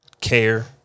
care